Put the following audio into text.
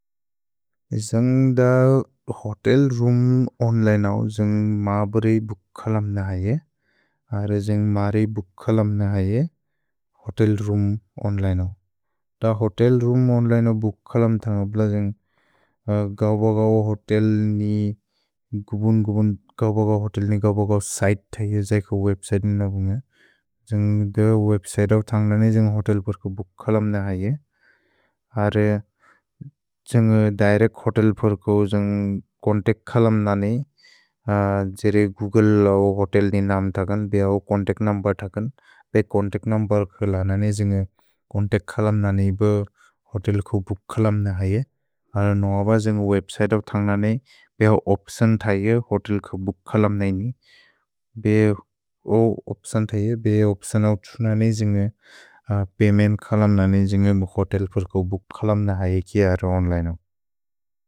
सन्ग् द hotel room ओन्लैनौ, सन्ग् म प्रए बुक्खलम् न ऐअ। अरे सन्ग् म प्रए बुक्खलम् न ऐअ, होतेल् रूम् ओन्लैनौ। द होतेल् रूम् ओन्लैनौ बुक्खलम् सन्ग् अब्ल सन्ग् गौ ब गौ होतेल् नि गुबुन् गुबुन् गौ ब गौ होतेल् नि गौ ब गौ सिते तैअ, जै क वेब्सिते न बुन्ग। सन्ग् द वेब्सिते अव् तन्ग्ल न सन्ग् होतेल् पर्क बुक्खलम् न ऐअ। अरे सन्ग् दैरेक् होतेल् पर्क सन्ग् कोन्तेक् खलम् न ननि जेरे गूग्ले होतेल् नि नाम् तकन् बेह ओ कोन्तेक् नुम्बेर् तकन् बे कोन्तेक् नुम्बेर् कल ननि सन्ग् कोन्तेक् खलम् न ननि ब होतेल् को बुक्खलम् न ऐअ। अर नुअ ब सन्ग् वेब्सिते अव् तन्ग्ल ननि बेह ओप्तिओन् तैअ होतेल् क बुक्खलम् ननि बेहो ओप्तिओन् तैअ बेहे ओप्तिओन् अव् छुन ननि सन्ग् पय्मेन्त् खलम् ननि सन्ग् होतेल् पर्क बुक्खलम् न ऐअ कि अर ओन्लैनौ।